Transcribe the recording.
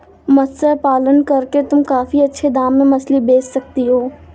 मत्स्य पालन करके तुम काफी अच्छे दाम में मछली बेच सकती हो